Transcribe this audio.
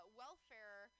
welfare